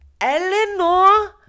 Eleanor